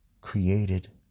created